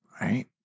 right